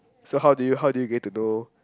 so how do you how do you get to know